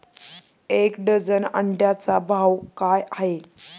एक डझन अंड्यांचा भाव काय आहे?